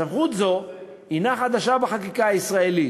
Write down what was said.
סמכות זו היא חדשה בחקיקה הישראלית.